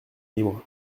libre